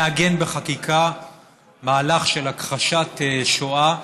לעגן בחקיקה מהלך של הכחשת שואה,